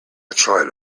tried